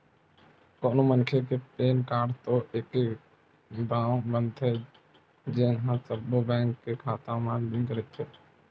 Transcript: कोनो मनखे के पेन कारड तो एके घांव बनथे जेन ह सब्बो बेंक के खाता म लिंक रहिथे